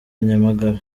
nyamagabe